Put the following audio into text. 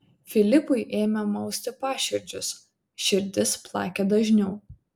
filipui ėmė mausti paširdžius širdis plakė dažniau